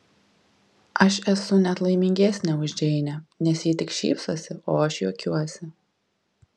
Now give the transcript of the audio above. aš esu net laimingesnė už džeinę nes ji tik šypsosi o aš juokiuosi